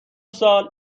سال